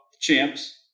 Champs